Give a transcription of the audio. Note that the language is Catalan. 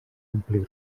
omplir